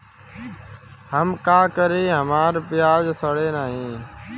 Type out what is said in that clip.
हम का करी हमार प्याज सड़ें नाही?